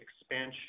expansion